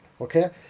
okay